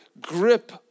grip